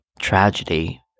tragedy